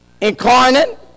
incarnate